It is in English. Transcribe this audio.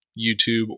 YouTube